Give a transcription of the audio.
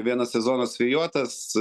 vienas sezonas vėjuotas